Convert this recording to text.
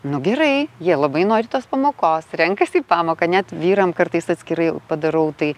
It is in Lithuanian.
nu gerai jie labai nori tos pamokos renkasi į pamoką net vyram kartais atskirai padarau tai